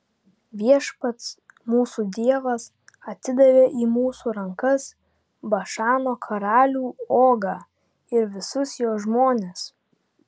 viešpats mūsų dievas atidavė į mūsų rankas bašano karalių ogą ir visus jo žmones